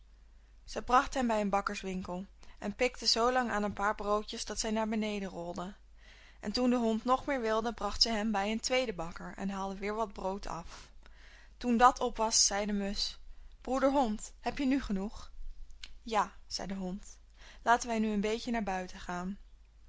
zij bracht hem bij een bakkerswinkel en pikte zoo lang aan een paar broodjes dat zij naar beneden rolden en toen de hond nog meer wilde bracht zij hem bij een tweeden bakker en haalde weer wat brood af toen dat op was zei de musch broeder hond heb je nu genoeg ja zei de hond laten wij nu een beetje naar buiten gaan